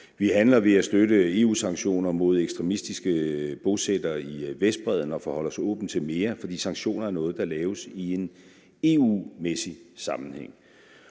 Vi handler ved at støtte EU-sanktioner mod ekstremistiske bosættere i Vestbredden og forholder os åbent til mere, for sanktioner er noget, der laves i en EU-mæssig sammenhæng.